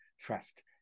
trust